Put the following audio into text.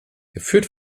geführt